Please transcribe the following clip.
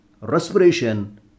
Respiration